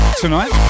tonight